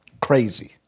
Crazy